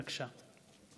בבקשה.